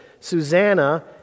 Susanna